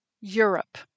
Europe